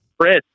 chris